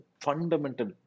fundamental